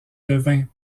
devint